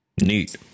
Neat